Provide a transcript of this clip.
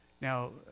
Now